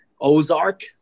Ozark